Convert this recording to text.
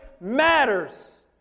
matters